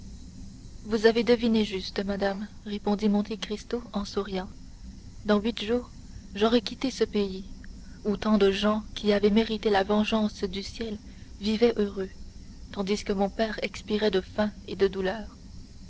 vous avez deviné juste madame répondit monte cristo en souriant dans huit jours j'aurai quitté ce pays où tant de gens qui avaient mérité la vengeance du ciel vivaient heureux tandis que mon père expirait de faim et de douleur